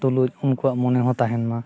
ᱛᱩᱞᱩᱪ ᱩᱱᱠᱩᱣᱟᱜ ᱢᱚᱱᱮ ᱦᱚᱸ ᱛᱟᱦᱮᱱ ᱢᱟ